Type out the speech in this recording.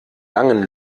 langen